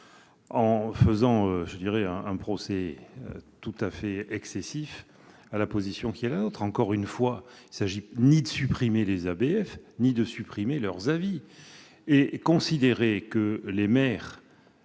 en faisant un procès tout à fait excessif à notre position. Encore une fois, il ne s'agit ni de supprimer les ABF ni de supprimer leur avis. En outre, considérer que les maires